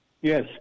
yes